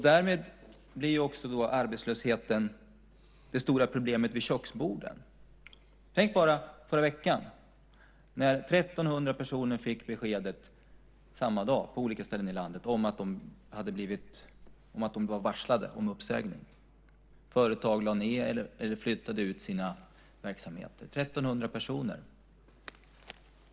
Därmed blir arbetslösheten också det stora problemet vid köksbordet. Tänk bara förra veckan, när 1 300 personer samma dag på olika ställen i landet fick besked om att de var varslade om uppsägning för att företag lade ned eller flyttade ut sina verksamheter. 1 300 personer!